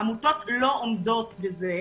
העמותות לא עומדות בזה,